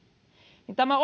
niin tämä